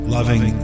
Loving